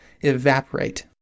evaporate